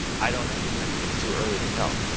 i don't know, i think it's too early to tell.